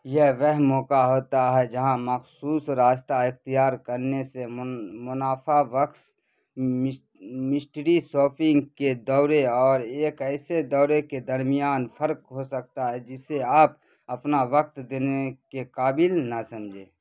یہ وہ موقع ہوتا ہے جہاں مخصوص راستہ اختیار کرنے سے منافع بخش مسٹری ساپنگ کے دورے اور ایک ایسے دورے کے درمیان فرق ہو سکتا ہے جسے آپ اپنا وقت دینے کے قابل نہ سمجھیں